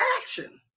action